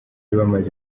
bamaze